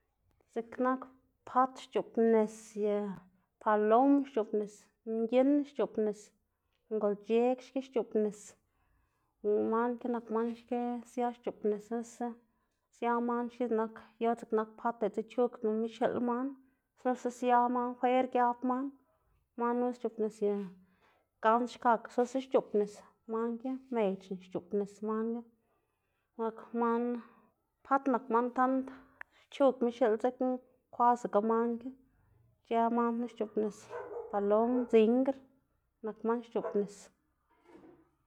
Dziꞌk nak pat xc̲h̲oꞌbnis ye palom xc̲h̲oꞌbnis mginn xc̲h̲oꞌbnis, ngolc̲h̲ek xki xc̲h̲oꞌbnis, man ki nak xki sia xc̲h̲oꞌbnis xnusa sia man xki x̱iꞌk nak yor x̱iꞌk nak pat diꞌltsa chugdama xiꞌl man xnusa sia man fwer giab man, man knu xc̲h̲oꞌbnis ye gans xkakga xnusa xc̲h̲oꞌbnis man ki, mec̲h̲na xc̲h̲oꞌbnis man knu, nak man pat nak man tand chugma xiꞌl dzekna kwasaga man ki, ic̲h̲ë man knu xc̲h̲oꞌbnis, palom, dzingr nak man xc̲h̲oꞌbnis.